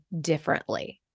differently